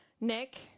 Nick